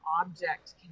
object